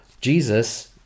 Jesus